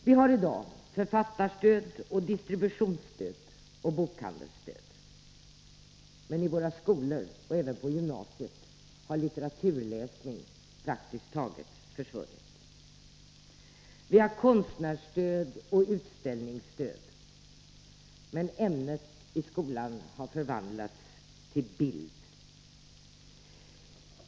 Vi har i dag författarstöd, distributionsstöd och bokhandelsstöd, men i våra skolor — även på gymnasiet — har litteraturläsning praktiskt taget försvunnit. Vi har konstnärsstöd och utställningsstöd, men ämnet i skolan har förvandlats till bild.